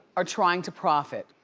are trying to profit.